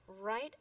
right